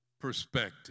perspective